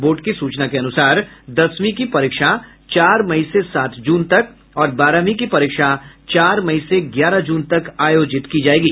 board की सूचना के अनुसार दसवीं की परीक्षा चार मई से सात जून तक और बारहवीं की परीक्षा चार मई से ग्यारह जून तक आयोजित की जायेगी